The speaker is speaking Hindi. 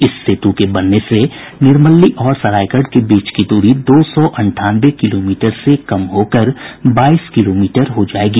इस सेतु के बनने से निर्मली और सरायगढ़ के बीच की दूरी दो सौ अंठानवे किलोमीटर से कम हो कर बाईस किलोमीटर हो जाएगी